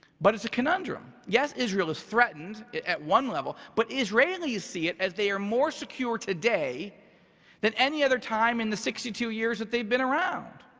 but it's a conundrum. yes, israel is threatened at one level, but israeli's see it as they are more secure today than any other time in the sixty two years that they've been around.